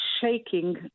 shaking